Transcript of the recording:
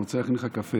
אני רוצה להכין לך קפה.